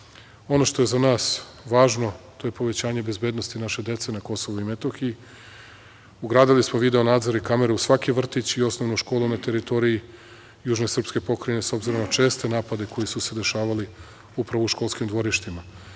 što je za nas važno, to je povećanje bezbednosti naše dece na Kosovu i Metohiji. Ugradili smo video nadzore i kamere u svaki vrtić i osnovnu školu na teritoriji južne srpske pokrajine, s obzirom na česte napade koji su se dešavali upravo u školskim dvorištima.